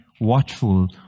watchful